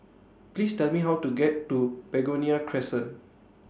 Please Tell Me How to get to Begonia Crescent